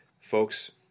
Folks